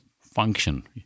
function